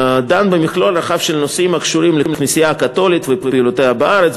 דן במכלול רחב של נושאים הקשורים לכנסייה הקתולית ופעולותיה בארץ,